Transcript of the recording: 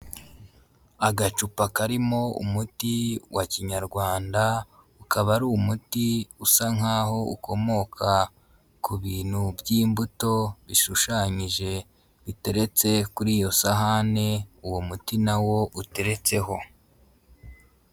Agacupa karimo umuti wa kinyarwanda ukaba ari umuti usa nkaho ukomoka ku bintu by'imbuto bishushanyije, biteretse kuri iyo sahani uwo muti nawo uteretseho.